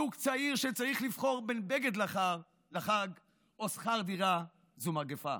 זוג צעיר שצריך לבחור בין בגד לחג או שכר דירה זה מגפה.